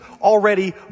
already